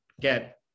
get